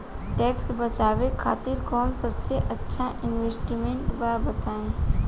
Tax बचावे खातिर कऊन सबसे अच्छा इन्वेस्टमेंट बा बताई?